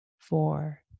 four